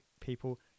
people